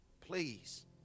Please